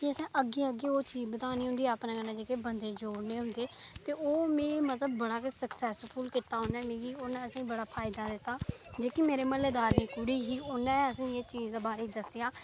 फ्ही अग्गैं अग्गैं असैं चीज बधानी होंदा चीज ते ओह् में मतलव कि बड़ा गै सक्सैस फुल्ल कीती मिगी उन्नै असें गी बड़ा फायदा दित्ता दित्ता जेह्ड़ा इस म्हल्ले दी कुड़ी ही उन्नै असेंदी दस्से